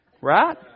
Right